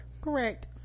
correct